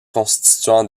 constituant